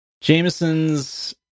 Jameson's